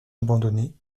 abandonné